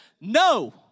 no